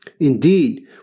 Indeed